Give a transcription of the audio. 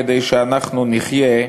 כדי שאנחנו נחיה,